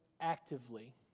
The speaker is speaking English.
actively